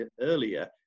earlier